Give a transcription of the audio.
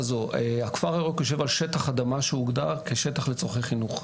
הכפר הירוק יושב על שטח אדמה שהוגדר כשטח לצרכי חינוך.